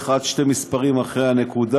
נרשמים עד שני מספרים אחרי הנקודה.